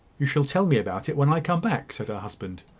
you shall tell me about it when i come back, said her husband.